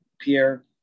Pierre